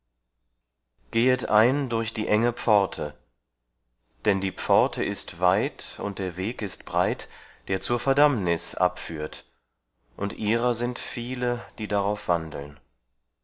gehet ein durch die enge pforte denn die pforte ist weit und der weg ist breit der zur verdammnis abführt und ihrer sind viele die darauf wandeln